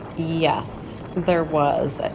yes, there was.